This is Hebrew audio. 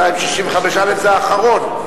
זה האחרון.